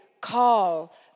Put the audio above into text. call